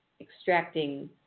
extracting